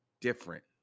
different